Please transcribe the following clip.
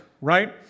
right